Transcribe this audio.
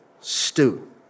stew